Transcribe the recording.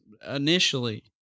initially